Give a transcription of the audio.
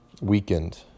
weakened